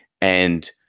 and-